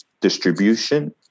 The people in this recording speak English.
distribution